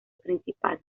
principal